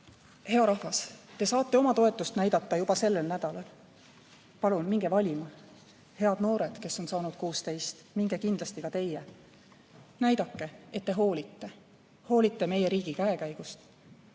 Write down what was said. Hea rahvas, te saate oma toetust näidata juba sellel nädalal – palun minge valima! Head noored, kes on saanud 16, minge kindlasti ka teie! Näidake, et te hoolite, hoolite meie riigi käekäigust,